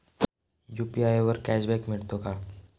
UPI वर cashback मिळतो का?